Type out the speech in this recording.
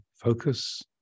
focus